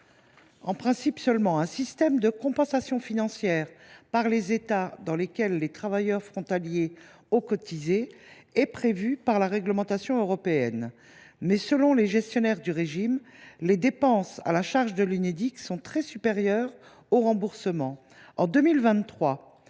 en principe seulement !–, un système de compensation financière par les États dans lesquels les travailleurs ont cotisé est prévu par la réglementation européenne. Toutefois, selon les gestionnaires du régime, les dépenses à la charge de l’Unédic sont nettement supérieures aux remboursements. En 2023,